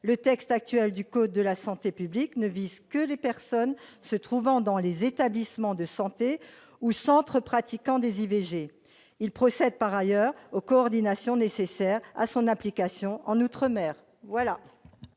Le texte actuel du code de la santé publique ne vise que les personnes se trouvant dans les établissements de santé ou dans les centres pratiquant des IVG. Cet amendement tend, par ailleurs, à procéder aux coordinations nécessaires à son application en outre-mer.